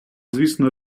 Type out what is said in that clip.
звісно